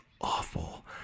awful